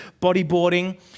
bodyboarding